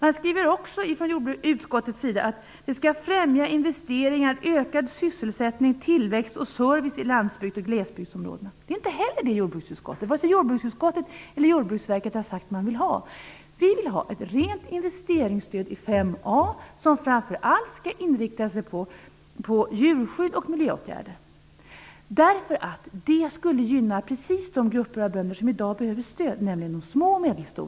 Arbetsmarknadsutskottet skriver också att ett stöd skall främja investeringar, ökad sysselsättning, tillväxt och service i landsbygds och glesbygdsområden. Det är inte heller vad jordbruksutskottet och Jordbruksverket har sagt att man vill ha. Vi vill ha ett rent investeringsstöd inom ramen för mål 5a, som framför allt skall inriktas mot djurskydd och miljöåtgärder. Det skulle gynna precis de grupper av bönder som i dag behöver stöd, nämligen de små och medelstora.